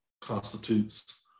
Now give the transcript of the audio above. constitutes